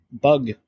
bug